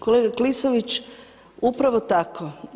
Kolega Klisović, upravo tako.